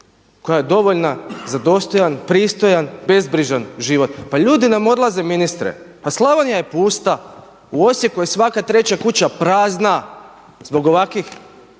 koja je dovoljna za dostojan, pristojan, bezbrižan život. Pa ljudi nam odlaze ministre, pa Slavonija je pusta. U Osijeku je svaka treća kuća prazna zbog ovakvih